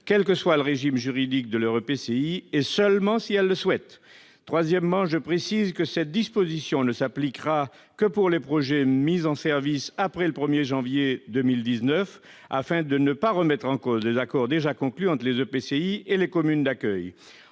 quel que soit le régime juridique de leur EPCI, et seulement si elles le souhaitent. Troisièmement, cette disposition ne s'appliquera que pour les projets mis en service après le 1 janvier 2019, afin de ne pas remettre en cause les accords déjà conclus entre les EPCI et les communes d'accueil.